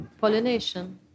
Pollination